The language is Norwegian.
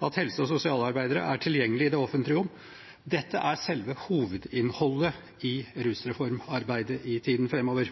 at helse- og sosialarbeidere er tilgjengelige i det offentlige rom.» Dette er selve hovedinnholdet i rusreformarbeidet i tiden framover.